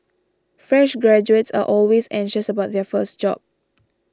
fresh graduates are always anxious about their first job